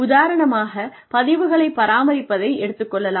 உதாரணமாக பதிவுகளை பராமரிப்பதை எடுத்துக் கொள்ளலாம்